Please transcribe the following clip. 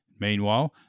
Meanwhile